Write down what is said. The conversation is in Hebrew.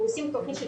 ועושים את התכנית,